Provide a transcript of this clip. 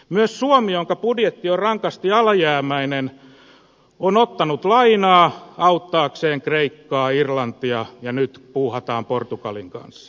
myös suomi jonka budjetti on rankasti alijäämäinen on ottanut lainaa auttaakseen kreikkaa ja irlantia ja nyt puuhataan portugalin kanssa